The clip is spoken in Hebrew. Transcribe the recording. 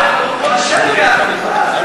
חברת הכנסת זנדברג, זהבה גלאון מבקשת לדבר.